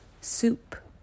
soup